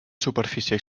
superfície